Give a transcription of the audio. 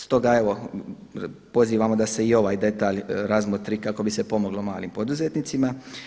Stoga evo pozivamo da se i ovaj detalj razmotri kako bi se pomoglo malim poduzetnicima.